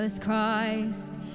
Christ